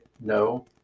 no